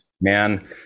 man